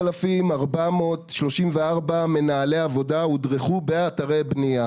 3,434 מנהלי עבודה הודרכו באתרי בנייה.